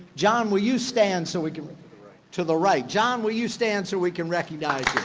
john will you stand so we can we can to the right. john will you stand so we can recognize